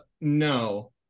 no